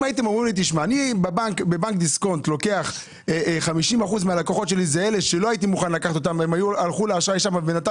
בנק דיסקונט, בנק עם 15% נתח שוק, מספיק גדול, מצד